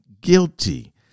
guilty